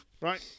Right